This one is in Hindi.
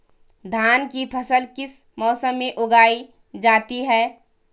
धान की फसल किस मौसम में उगाई जाती है?